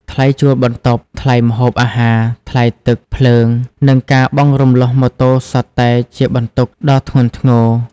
ថ្លៃជួលបន្ទប់ ថ្លៃម្ហូបអាហារ ថ្លៃទឹក ភ្លើង និងការបង់រំលោះម៉ូតូសុទ្ធតែជាបន្ទុកដ៏ធ្ងន់ធ្ងរ។